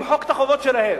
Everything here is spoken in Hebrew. למחוק את החובות שלהם,